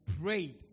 prayed